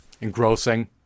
Engrossing